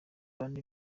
bane